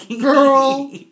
girl